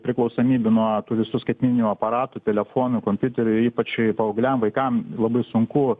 priklausomybių nuo tų visų skaitmeninių aparatų telefonų kompiuterių ypač paaugliam vaikam labai sunku